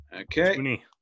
Okay